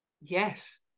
Yes